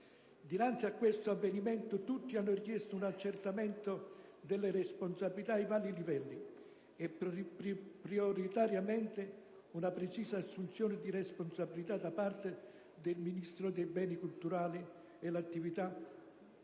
Dinanzi a questo avvenimento, tutti hanno richiesto un accertamento delle responsabilità ai vari livelli, e prioritariamente una precisa assunzione di responsabilità da parte del Ministro dei beni e delle attività culturali.